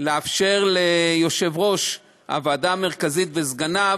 לאפשר ליושב-ראש הוועדה המרכזית וסגניו